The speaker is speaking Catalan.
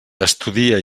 estudia